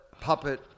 puppet